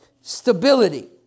Stability